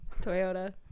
Toyota